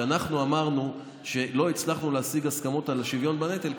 כשאנחנו אמרנו שלא הצלחנו להשיג הסכמות על השוויון בנטל,